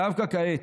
דווקא כעת,